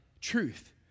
truth